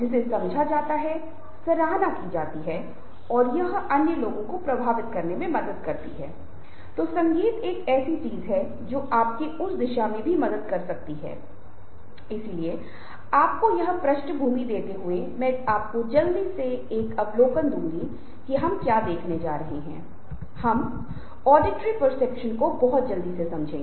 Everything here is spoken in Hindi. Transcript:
और जैसा कि मैंने आपको बार बार कहा था कि ये केवल संकेतक हैं वे अंत में आपको निश्चित रूप से कुछ भी नहीं बताते हैं लेकिन वे कम से कम आपको एक संकेत देते हैं कि आप कहां खड़े हैं उन विभिन्न कौशलों के संदर्भ में जिनसे हम इन पर चर्चा कर रहे